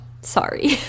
Sorry